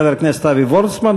חבר הכנסת אבי וורצמן,